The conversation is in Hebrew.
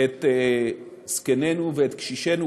את זקנינו ואת קשישינו.